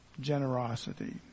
generosity